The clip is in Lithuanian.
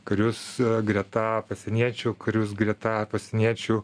karius greta pasieniečių karius greta pasieniečių